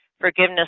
forgiveness